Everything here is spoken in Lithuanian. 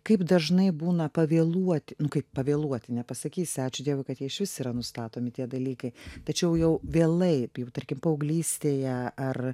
kaip dažnai būna pavėluoti kaip pavėluoti nepasakysi ačiū dievui kad jie išvis yra nustatomi tie dalykai tačiau jau vėlai tarkim paauglystėje ar